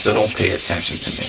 so don't pay attention to